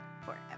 forever